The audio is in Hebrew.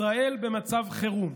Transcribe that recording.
ישראל במצב חירום,